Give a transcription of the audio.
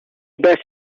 best